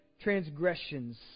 transgressions